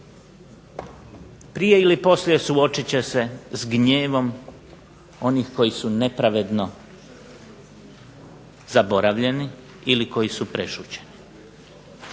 prije ili poslije suočit će se s gnjevom onih koji su nepravedno zaboravljeni ili koji su prešućeni.